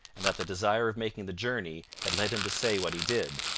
and that the desire of making the journey had led him to say what he did,